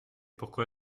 pourquoi